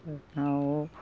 but ನಾವು